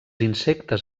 insectes